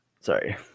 sorry